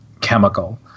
chemical